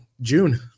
june